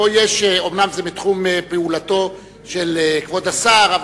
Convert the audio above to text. אומנם זה בתחום פעולתו של כבוד השר,